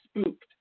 spooked